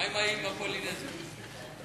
מיזם חקלאי-תיירותי בנגב),